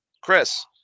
Chris